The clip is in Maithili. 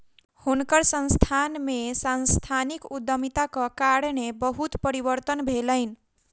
हुनकर संस्थान में सांस्थानिक उद्यमिताक कारणेँ बहुत परिवर्तन भेलैन